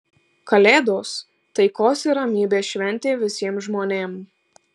kalėdos taikos ir ramybės šventė visiem žmonėm